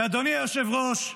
ואדוני היושב-ראש,